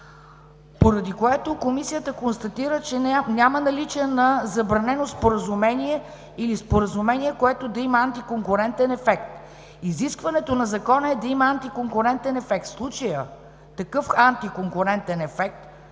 Поради това Комисията констатира, че няма наличие на забранено споразумение или споразумение, което да има антиконкурентен ефект. Изискването на закона е да има антиконкурентен ефект. В случая такъв антиконкурентен ефект